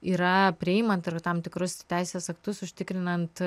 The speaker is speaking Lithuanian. yra priimant tam tikrus teisės aktus užtikrinant